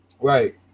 Right